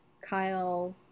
Kyle